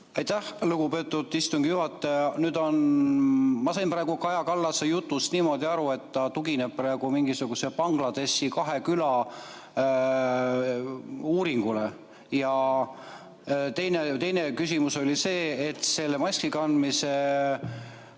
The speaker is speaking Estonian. Aitäh, lugupeetud istungi juhataja! Ma sain praegu Kaja Kallase jutust niimoodi aru, et ta tugineb praegu mingisuguse Bangladeshi kahe küla uuringule. Ja teine küsimus on soetud sellega, et maskikandmise